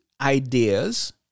ideas